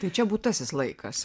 tai čia būtasis laikas